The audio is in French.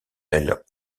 elles